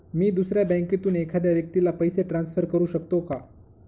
मी दुसऱ्या बँकेतून एखाद्या व्यक्ती ला पैसे ट्रान्सफर करु शकतो का?